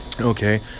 Okay